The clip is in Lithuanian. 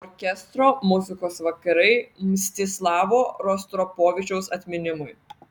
orkestro muzikos vakarai mstislavo rostropovičiaus atminimui